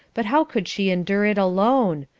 but how could she endure it alone?